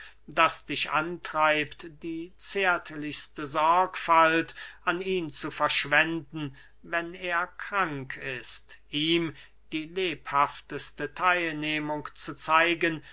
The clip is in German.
das dich antreibt die zärtlichste sorgfalt an ihn zu verschwenden wenn er krank ist ihm die lebhafteste theilnehmung zu zeigen